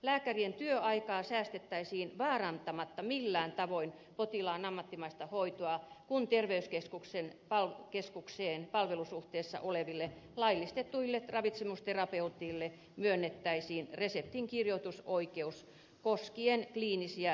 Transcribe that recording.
lääkärien työaikaa säästettäisiin vaarantamatta millään tavoin potilaan ammattimaista hoitoa kun terveyskeskukseen palvelusuhteessa oleville laillistetuille ravitsemusterapeuteille myönnettäisiin reseptinkirjoitusoikeus koskien kliinisiä ravintovalmisteita